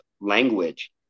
language